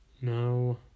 No